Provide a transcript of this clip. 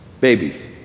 Babies